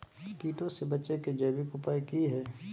कीटों से बचे के जैविक उपाय की हैय?